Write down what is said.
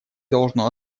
должно